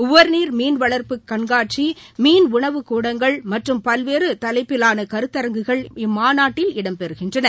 உவர்நீர் மீன்வளா்ட்பு கண்காட்சி மீன் உணவுக் கூடங்கள் மற்றும் பல்வேறு தலைப்பிலாள கருத்தரங்குகள் இம்மாநாட்டில் இடம்பெறுகின்றன